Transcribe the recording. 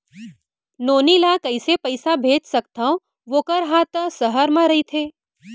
नोनी ल कइसे पइसा भेज सकथव वोकर हा त सहर म रइथे?